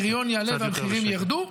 -- והפריון יעלה והמחירים ירדו.